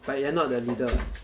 but you're not the leader [what]